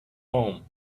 home